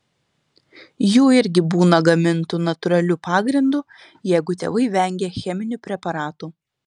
jų irgi būna gamintų natūraliu pagrindu jeigu tėvai vengia cheminių preparatų